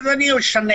אז אני אשנה.